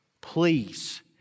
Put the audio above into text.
Please